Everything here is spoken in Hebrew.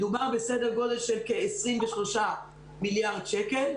מדובר על סדר גודל של 23 מיליארד שקלים,